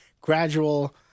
gradual